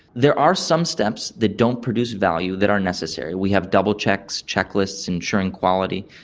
there are some steps that don't produce value that are necessary. we have double checks, check lists ensuring quality,